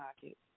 pocket